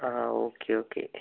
ആ okay okay